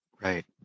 Right